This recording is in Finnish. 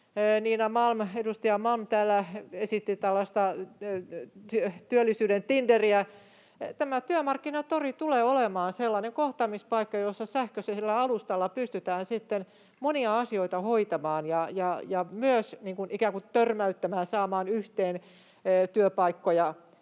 esitti tällaista työllisyyden tinderiä. Tämä Työmarkkinatori tulee olemaan sellainen kohtaamispaikka, jossa sähköisellä alustalla pystytään monia asioita hoitamaan ja myös ikään kuin törmäyttämään, saamaan yhteen työpaikkoja